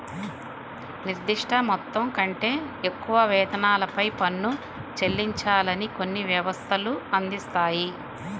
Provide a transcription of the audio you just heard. నిర్దిష్ట మొత్తం కంటే ఎక్కువ వేతనాలపై పన్ను చెల్లించాలని కొన్ని వ్యవస్థలు అందిస్తాయి